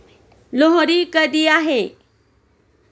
लोहरी कधी आहे?